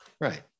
right